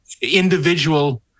individual